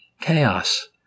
Chaos